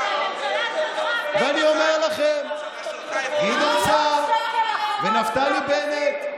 ואני אומר לכם, גדעון סער ונפתלי בנט,